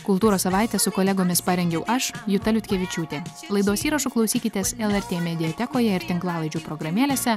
kultūros savaitę su kolegomis parengiau aš juta liutkevičiūtė laidos įrašo klausykitės lrt mediatekoje ir tinklalaidžių programėlėse